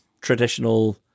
traditional